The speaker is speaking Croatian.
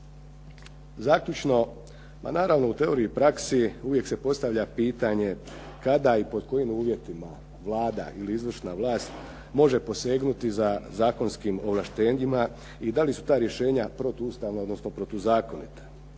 zaključno, ma naravno u teoriji i praksi uvijek se postavlja pitanje kada i pod kojim uvjetima Vlada ili izvršna vlast može posegnuti za zakonskim ovlaštenjima i da li su ta rješenja protuustavna odnosno protuzakonita.